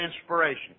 inspiration